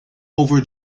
over